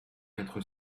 quatre